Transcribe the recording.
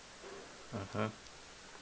(uh huh)